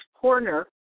corner